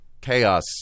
chaos